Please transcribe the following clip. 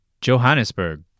Johannesburg